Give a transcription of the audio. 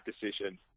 decision